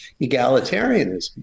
egalitarianism